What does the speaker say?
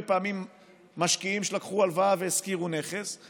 פעמים משקיעים שלקחו הלוואה והשכירו נכס,